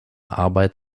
arbeit